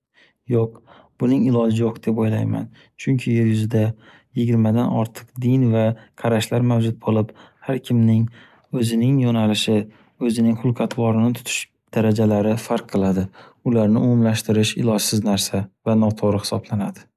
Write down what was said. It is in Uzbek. Yo’q, buning iloji yo’q deb o’ylayman. Chunki, yer yuzida yigirmadan ortiq din va qarashlar mavjud bo’lib, har kimning o’zining yo’nalishi, o’zining xulq-atvorini tutish darajalari farq qiladi. Ularni umumlashtirish ilojsiz narsa va noto’g’ri hisoblanadi.